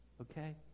Okay